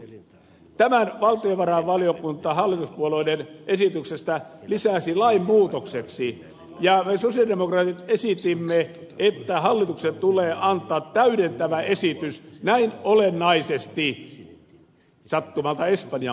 tämän valtiovarainvaliokunta hallituspuolueiden esityksestä lisäsi lainmuutokseksi ja me sosialidemokraatit esitimme että hallituksen tulee antaa täydentävä esitys sattumalta näin olennaisesta espanjan puuttumisesta